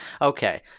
Okay